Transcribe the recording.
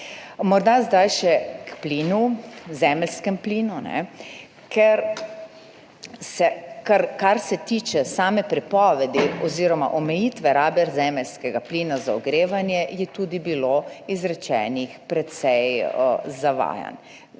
Morda zdaj še k zemeljskemu plinu. Kar se tiče same prepovedi oziroma omejitve rabe zemeljskega plina za ogrevanje, je tudi bilo izrečenih precej zavajanj.